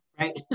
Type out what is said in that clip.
Right